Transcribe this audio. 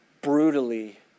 brutally